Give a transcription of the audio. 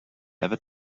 ever